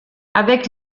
avec